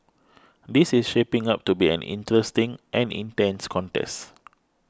this is shaping up to be an interesting and intense contest